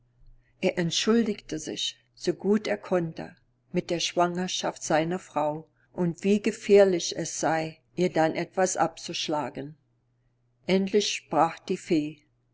er entschuldigte sich so gut er konnte mit der schwangerschaft seiner frau und wie gefährlich es sey ihr dann etwas abzuschlagen endlich sprach die fee